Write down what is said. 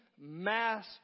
mass